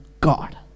God